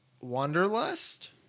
Wanderlust